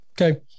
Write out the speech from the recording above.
Okay